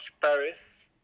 Paris